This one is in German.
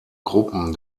gruppen